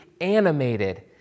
animated